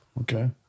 Okay